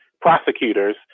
prosecutors